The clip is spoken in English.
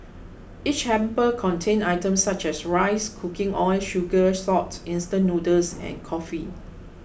each hamper contained items such as rice cooking oil sugar salt instant noodles and coffee